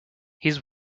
his